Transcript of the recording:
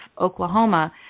Oklahoma